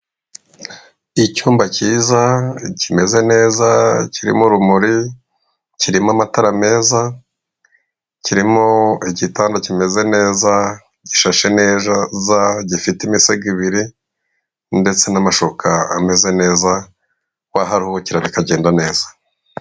Icyumba kiza kimeze neza, kirimo urumuri, kirimo amatara meza, kirimo igitanda kimeze neza, gishashe neza, gifite imisego ibiri ndetse n'amashuka ameze neza waharuhukira bikagenda neza.